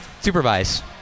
supervise